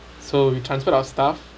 so we transferred our stuff